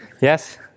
Yes